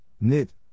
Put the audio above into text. knit